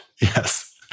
Yes